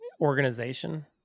organization